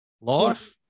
life –